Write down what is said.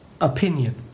opinion